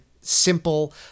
simple